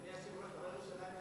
אדוני היושב-ראש,